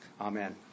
Amen